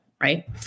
right